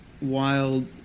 wild